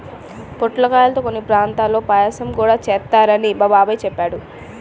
పొట్లకాయల్తో కొన్ని ప్రాంతాల్లో పాయసం గూడా చేత్తారని మా బాబాయ్ చెప్పాడు